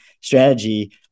strategy